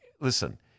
Listen